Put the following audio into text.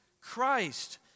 Christ